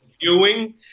viewing